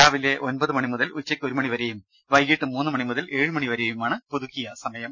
രാവിലെ ഒൻപത് മണി മുതൽ ഉച്ചയ്ക്ക് ഒരു മണിവരെയും വൈകീട്ട് മൂന്ന് മണി മുതൽ ഏഴ് മണി വരെയുമാണ് പുതുക്കിയ സമയം